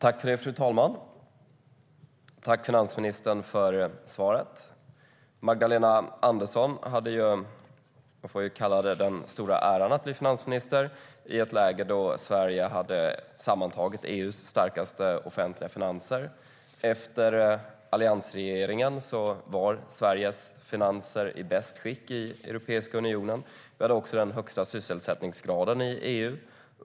Fru talman! Tack, finansministern, för svaret! Magdalena Andersson hade ju, får vi kalla det, den stora äran att bli finansminister i ett läge då Sverige sammantaget hade EU:s starkaste offentliga finanser. Efter alliansregeringen var Sveriges finanser i bäst skick i Europeiska unionen. Vi hade också den högsta sysselsättningsgraden i EU.